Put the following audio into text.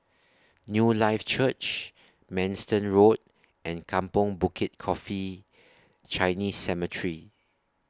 Newlife Church Manston Road and Kampong Bukit Coffee Chinese Cemetery